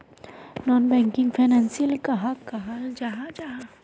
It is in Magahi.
नॉन बैंकिंग फैनांशियल कहाक कहाल जाहा जाहा?